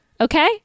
Okay